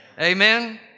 Amen